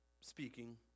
speaking